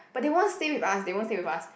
but they won't stay with us they won't stay with us